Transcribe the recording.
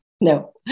No